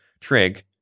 Trig